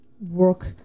work